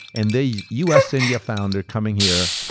and the us-india founder coming here,